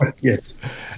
Yes